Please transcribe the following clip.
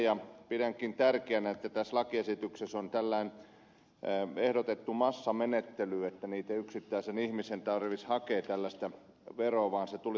ja pidänkin tärkeänä että tässä lakiesityksessä on tällainen ehdotettu massamenettely ettei yksittäisen ihmisen tarvitsisi hakea tällaista veroa vaan se tulisi tällä päätöksellä